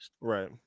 Right